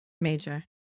Major